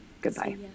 goodbye